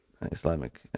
Islamic